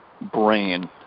brain